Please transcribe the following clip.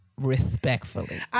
respectfully